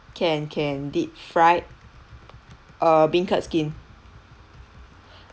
can can deep fried err bean curd skin